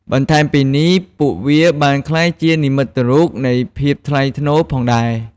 បន្ថែមពីនេះ ពួកវាបានក្លាយជានិមិត្តរូបនៃភាពថ្លៃថ្នូរផងដែរ។